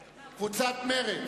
תודה.